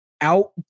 out